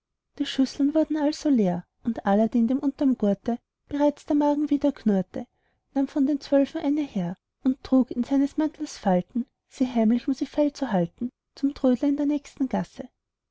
die schüsseln wurden also leer und aladdin dem unterm gurte bereits der magen wieder knurrte nahm von den zwölfen eine her und trug in seines mantels falten sie heimlich um sie feilzuhalten zum trödler in der nächsten gasse